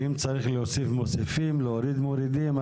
ואם צריך להוסיף מוסיפים, להוריד מורידים.